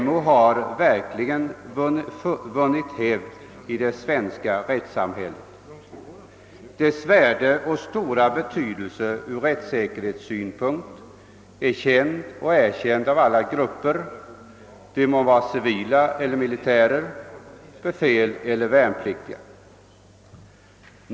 MO har verkligen vunnit hävd i det svenska rättssamhället. Institutionens värde och stora betydelse ur rättssäkerhetssynpunkt är känd och erkänd av alla grupper — de må vara civila eller militära befäl eller värnpliktiga.